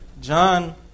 John